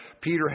Peter